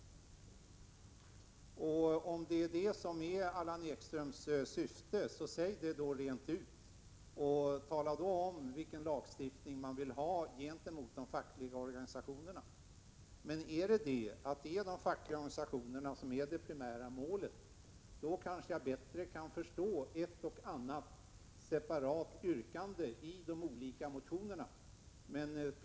Men om detta är syftet, Allan Ekström, säg det då rent ut! Tala då om vilken lagstiftning ni vill ha gentemot de fackliga organisationerna! Om de fackliga organisationerna är det primära målet, då kan jag bättre förstå ett och annat separat yrkande i de olika motionerna.